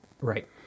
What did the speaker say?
Right